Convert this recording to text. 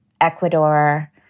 Ecuador